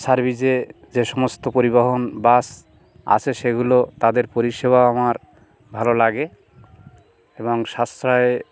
সার্ভিসে যে সমস্ত পরিবহন বাস আছে সেগুলো তাদের পরিষেবা আমার ভালো লাগে এবং সাশ্রয়